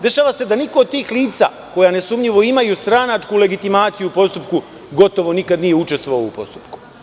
Dešava se da niko od tih lica, koja nesumnjivo imaju stranačku legitimaciju u postupku, gotovo nikad nije učestvovao u tom postupku.